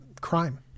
crime